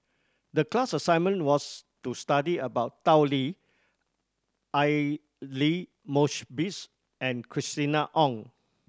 the class assignment was to study about Tao Li Aidli Mosbit and Christina Ong